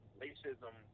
racism